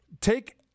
take